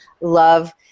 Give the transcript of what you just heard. love